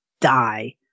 die